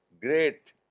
great